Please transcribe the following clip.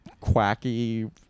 quacky